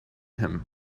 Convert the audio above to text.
him